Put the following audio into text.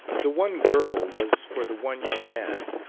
the one girl was for the one young man.